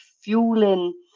fueling